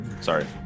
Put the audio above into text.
sorry